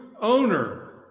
owner